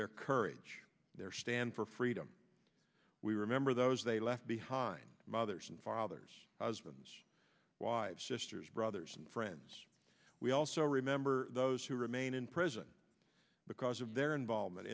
their courage their stand for freedom we remember those they left behind mothers and fathers husbands wives sisters brothers and friends we also remember those who remain in prison because of their involvement